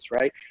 Right